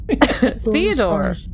Theodore